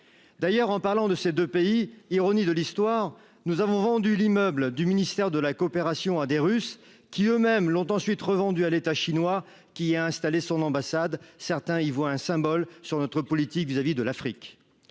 d'ailleurs en parlant de ces 2 pays, ironie de l'histoire, nous avons vendu l'immeuble du ministère de la coopération, a des Russes qui eux-mêmes l'ont ensuite revendu à l'État chinois qui a installé son ambassade, certains y voient un symbole sur notre politique vis-à-vis de l'Afrique,